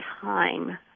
time